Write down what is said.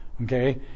okay